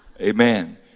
Amen